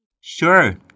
Sure